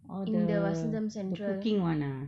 orh the the cooking [one] ah